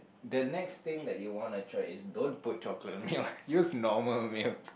the next thing that you wanna try is don't put chocolate milk use normal milk